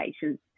patients